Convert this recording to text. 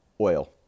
oil